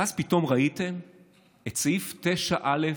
ואז פתאום ראיתם את סעיף 9(א)